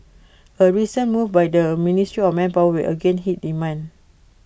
A recent move by the ministry of manpower will again hit demand